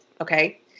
Okay